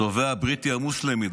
התובע הבריטי המוסלמי,